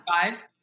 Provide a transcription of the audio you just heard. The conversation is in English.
Five